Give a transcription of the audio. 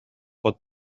pot